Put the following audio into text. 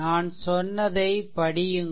நான் சொன்னதை படியுங்கள்